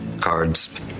Cards